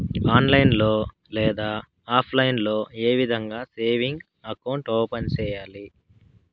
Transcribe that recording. online లో లేదా offline లో ఏ విధంగా సేవింగ్ అకౌంట్ ఓపెన్ సేయాలి